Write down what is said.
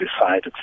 decided